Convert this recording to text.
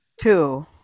Two